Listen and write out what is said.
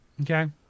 okay